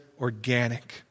organic